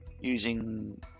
using